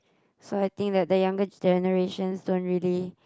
so I think the younger generations don't really